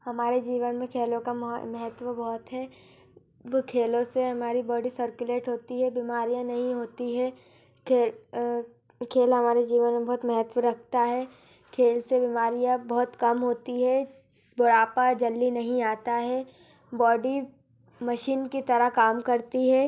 हमारे जीवन में खेलों का मह महत्व बहुत है वो खेलों से हमारी बॉडी सर्क्युलेट होती है बीमारियाँ नहीं होती है खेल खेल हमारे जीवन में बहुत महत्व रखता है खेल से बीमारियाँ बहुत कम होती है बुढ़ापा जल्दी नहीं आता है बॉडी मशीन की तरह काम करती है